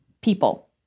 people